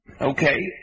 Okay